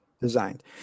designed